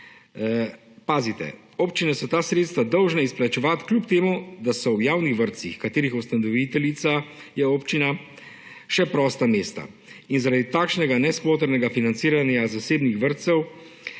Pazite, občine so ta sredstva dolžna izplačevati, kljub temu da so v javnih vrtcih, katerih ustanoviteljica je občina, še prosta mesta. In zaradi takšnega nesmotrnega financiranja zasebnih vrtcev